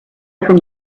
from